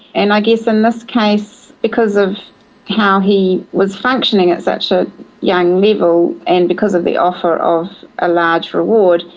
and i guess in this case because of how he was functioning at such a young level and because of the offer of a large reward,